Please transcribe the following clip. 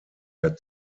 der